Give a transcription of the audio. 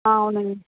ఆ అవునండి